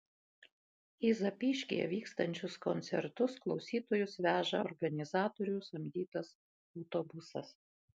į zapyškyje vykstančius koncertus klausytojus veža organizatorių samdytas autobusas